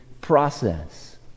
process